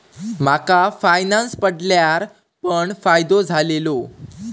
माका फायनांस पडल्यार पण फायदो झालेलो